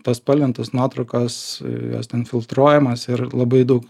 tos spalvintos nuotraukos jos ten filtruojamos ir labai daug